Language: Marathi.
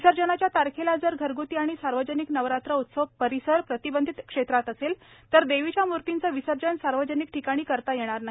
विसर्जनाच्या तारखेला जर घरग्ती आणि सार्वजनिक नवरात्र उत्सव परिसर प्रतिबंधित क्षेत्रात असेल तर देवीच्या मूर्तीचं विसर्जन सार्वजनिक ठिकाणी करता येणार नाही